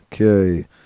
Okay